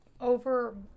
over